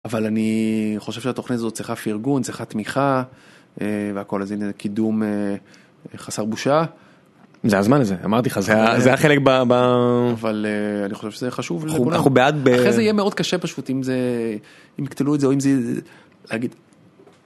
אבל אני חושב שהתוכנית הזאת צריכה פרגון, צריכה תמיכה והכול, אז הנה קידום חסר בושה. זה הזמן הזה, אמרתי לך, זה היה חלק ב... אבל אני חושב שזה חשוב. אנחנו בעד ב... אחרי זה יהיה מאוד קשה פשוט אם זה, אם יקטלו את זה או אם זה...